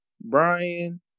Brian